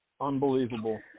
Unbelievable